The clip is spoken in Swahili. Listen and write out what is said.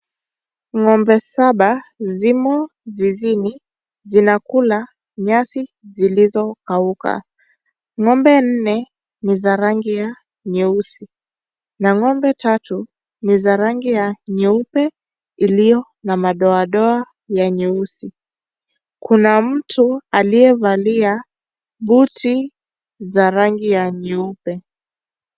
Ng'ombe saba zimo zizini zinakula nyasi zilizokauka ng'ombe nne ni za rangi ya yeusi na ng'ombe tatu ni za rangi ya nyeupe iliyo na madoadoa ya nyeusi kuna mtu aliyevalia buti za rangi ya nyeupe.